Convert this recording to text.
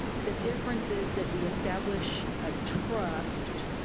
the difference is that we establish a trust.